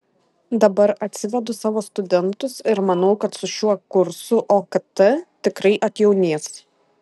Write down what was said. dabar atsivedu savo studentus ir manau kad su šiuo kursu okt tikrai atjaunės